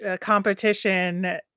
Competition